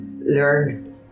learn